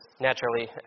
naturally